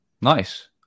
nice